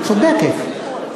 היא צודקת,